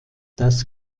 das